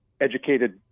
educated